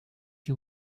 you